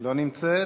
לא נמצאת.